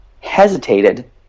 hesitated